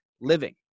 living